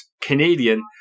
Canadian